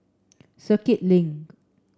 Circuit Link